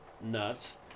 nuts